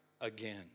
again